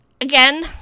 again